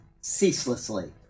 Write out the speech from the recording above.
ceaselessly